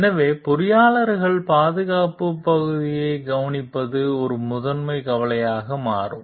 எனவே பொறியாளர்கள் பாதுகாப்பு பகுதியை கவனிப்பது ஒரு முதன்மை கவலையாக மாறும்